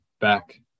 back